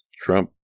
Trump